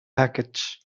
package